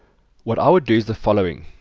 what i would do is the following.